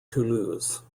toulouse